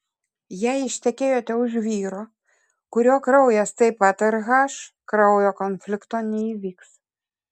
jei ištekėjote už vyro kurio kraujas taip pat rh kraujo konflikto neįvyks